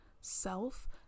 self